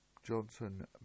johnson